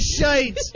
shite